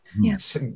Yes